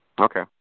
Okay